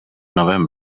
november